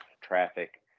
traffic